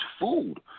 food